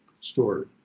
story